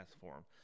form